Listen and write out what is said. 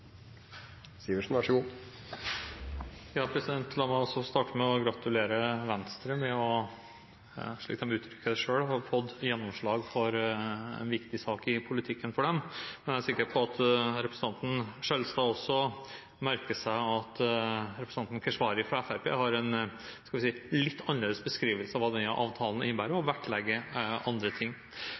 La meg også starte med å gratulere Venstre med – slik de uttrykker det selv – å ha fått gjennomslag for en viktig sak i politikken for dem. Men jeg er sikker på at representanten Skjelstad også merker seg at representanten Keshvari fra Fremskrittspartiet har en – skal vi si – litt annerledes beskrivelse av hva denne avtalen innebærer, og vektlegger andre ting.